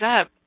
up